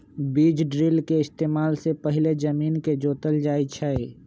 बीज ड्रिल के इस्तेमाल से पहिले जमीन के जोतल जाई छई